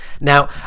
Now